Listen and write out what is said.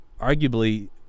Arguably